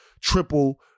triple